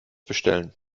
bestellen